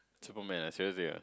superman ah seriously ah